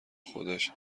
خودش